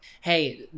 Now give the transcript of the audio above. Hey